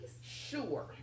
Sure